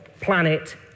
planet